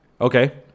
Okay